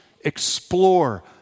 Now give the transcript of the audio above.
Explore